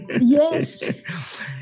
Yes